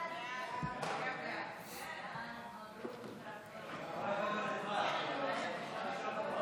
ההצעה להעביר את הצעת החוק לביטול